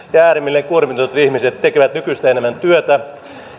äärimmilleen kuormitetut ihmiset tekevät nykyistä enemmän työtä